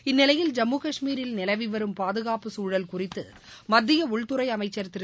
இந்நிலையில் ஜம்மு காஷ்மீரில் நிலவிவரும் பாதுகாப்பு சூழல் குறித்து மத்திய உள்துறை அமைச்சா் திரு